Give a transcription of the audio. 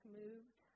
moved